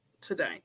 today